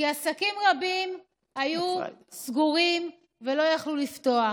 כי עסקים רבים היו סגורים ולא יכלו לפתוח.